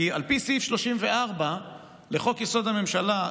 כי על פי סעיף 34 לחוק-יסוד: הממשלה,